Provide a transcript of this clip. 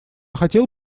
хотел